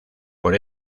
por